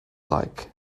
like